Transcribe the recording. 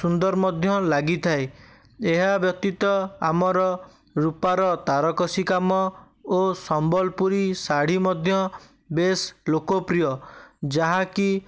ସୁନ୍ଦର ମଧ୍ୟ ଲାଗିଥାଏ ଏହା ବ୍ୟତୀତ ଆମର ରୂପାର ତାରକସି କାମ ଓ ସମ୍ବଲପୁରୀ ଶାଢ଼ୀ ମଧ୍ୟ ବେଶ୍ ଲୋକପ୍ରିୟ ଯାହାକି